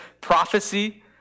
prophecy